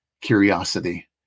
curiosity